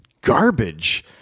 garbage